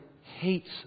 hates